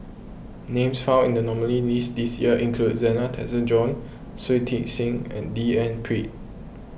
names found in the nominees' list this year include Zena Tessensohn Shui Tit Sing and D N Pritt